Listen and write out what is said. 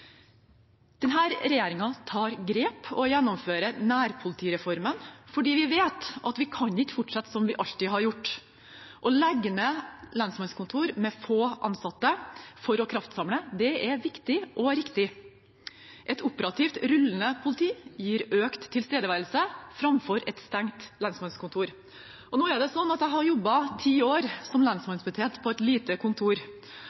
den nye kriminaliteten. Vi vet bl.a. at det er mangel på kompetanse innenfor både IT- og cyberkriminalitet. Denne regjeringen tar grep og gjennomfører nærpolitireformen, for vi vet at vi ikke kan fortsette som vi alltid har gjort. Å legge ned lensmannskontor med få ansatte for å kraftsamle er viktig og riktig. Et operativt rullende politi gir økt tilstedeværelse framfor et stengt lensmannskontor. Nå er det slik at jeg har